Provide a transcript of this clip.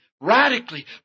radically